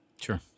Sure